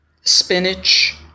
spinach